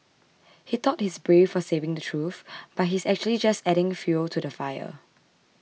he thought he's brave for saying the truth but he's actually just adding fuel to the fire